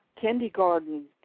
kindergarten